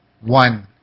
One